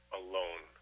alone